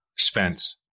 Spence